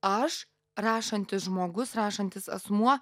aš rašantis žmogus rašantis asmuo